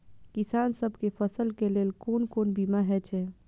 किसान सब के फसल के लेल कोन कोन बीमा हे छे?